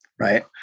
right